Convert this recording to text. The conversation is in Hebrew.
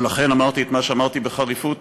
ולכן אמרתי את מה שאמרתי בחריפות,